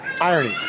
Irony